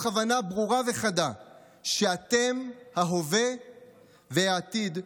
הבנה ברורה וחדה שאתם ההווה והעתיד שלנו.